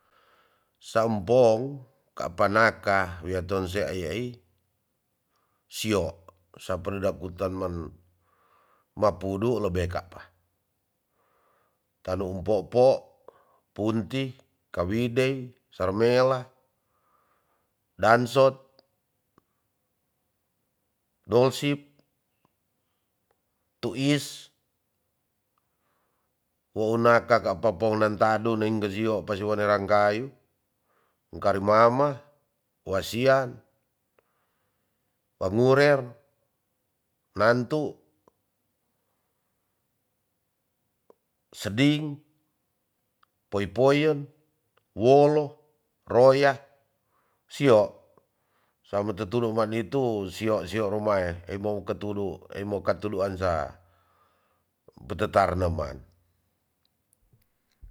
Sampong kapa naka wia tonsea iyai sio sapadu dakuten man mapudu lebe kapa tanu um popo punti kawidei sarmela dansot dolsip tuis wouna kaka po pulen tadu neng ke sio pasiwone rangkayu ungkari mama wasian, wangurer, nantu, seding poi poyon, wolo, roya, sio. same tutudung wa nitu sio sio rumae i bou ketudu i moka tuduansa petetar neman